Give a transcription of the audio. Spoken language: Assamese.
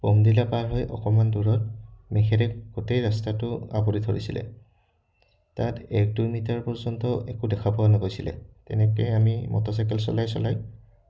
ব'মদিলা পাৰ হৈ অকণমান দূৰত মেঘেৰে গোটেই ৰাস্তাটো আৱৰি ধৰিছিলে তাত এক দুই মিটাৰ পৰ্যন্ত একো দেখা পোৱা নগৈছিলে তেনেকৈ আমি মটৰচাইকেল চলাই চলাই